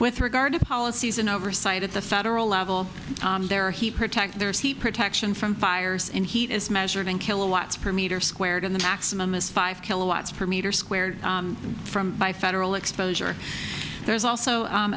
with regard to policies and oversight at the federal level there he protect their protection from fires and heat as measured in kilowatts per meter squared in the maximum is five kilowatts per meter squared from by federal exposure there's also